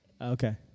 Okay